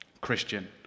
Christian